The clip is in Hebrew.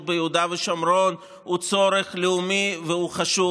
ביהודה ושומרון הוא צורך לאומי והוא חשוב,